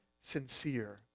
sincere